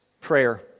prayer